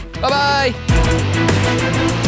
Bye-bye